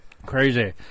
Crazy